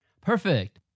Perfect